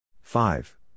five